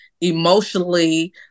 emotionally